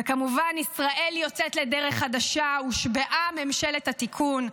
וכמובן: ישראל יוצאת לדרך חדשה: הושבעה ממשלת התיקון,